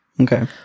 Okay